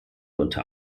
unter